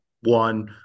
one